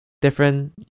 different